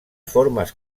formes